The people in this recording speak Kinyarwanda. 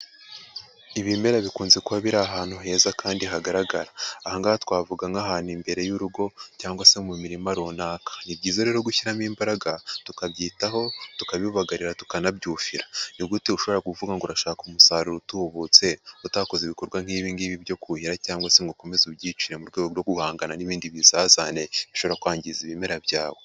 Ibimera bikunze kuba biri ahantu heza kandi hagaragara. Aha ngaha twavuga nk'ahantu imbere y'urugo cyangwa se mu mirima runaka. Ni byiza rero gushyiramo imbaraga, tukabyitaho, tukabibagarira tukanabyufira. Ni gute ushobora kuvuga ngo urashaka umusaruro utubutse, utakoze ibikorwa nk'ibi ngibi byo kuhira cyangwa se ngo ukomeze ubyicire mu rwego rwo guhangana n'ibindi bizazane bishobora kwangiza ibimera byawe?